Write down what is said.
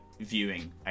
viewing